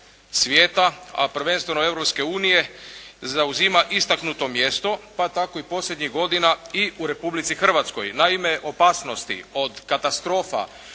a prvenstveno Europske unije zauzima istaknuto mjesto, pa tako i posljednjih godina i u Republici Hrvatskoj. Naime, opasnosti od katastrofa,